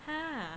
!huh!